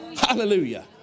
Hallelujah